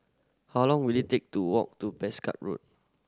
how long will it take to walk to Road